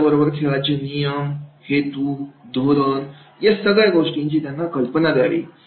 त्याचबरोबर खेळाचे नियम हेतू धोरण या सगळ्या गोष्टींची त्यांना कल्पना द्यावी